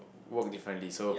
work differently so